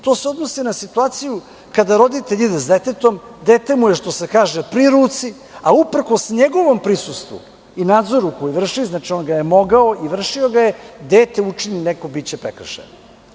To se odnosi na situaciju kada roditelj ide s detetom, dete mu je pri ruci, a uprkos njegovom prisustvu i nadzoru koji vrši, znači on ga je mogao i vršio ga je, dete učini neki prekršaj.